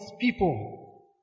people